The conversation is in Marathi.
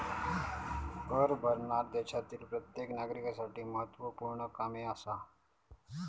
कर भरना देशातील प्रत्येक नागरिकांसाठी महत्वपूर्ण काम आसा